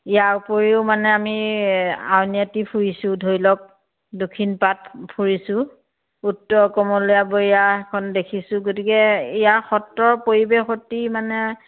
ইয়াৰ উপৰিও মানে আমি আউনীআটি ফুৰিছোঁ ধৰি লওক দক্ষিণপাট ফুৰিছোঁ উত্তৰ কমলীয়াবৈয়াখন দেখিছোঁ গতিকে ইয়াৰ সত্ৰৰ পৰিৱেশ অতি মানে